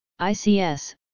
ICS